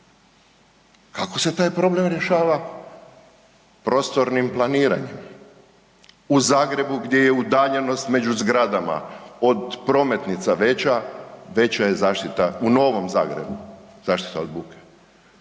Kako se taj problem rješava? Prostornim planiranjem. U Zagrebu gdje je udaljenost među zgradama od prometnica veća, veća je zaštita u Novom Zagrebu, zaštita od buke.